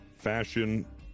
Fashion